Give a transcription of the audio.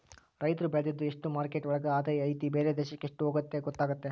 ರೈತ್ರು ಬೆಳ್ದಿದ್ದು ಎಷ್ಟು ಮಾರ್ಕೆಟ್ ಒಳಗ ಆದಾಯ ಐತಿ ಬೇರೆ ದೇಶಕ್ ಎಷ್ಟ್ ಹೋಗುತ್ತೆ ಗೊತ್ತಾತತೆ